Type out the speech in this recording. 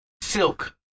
Silk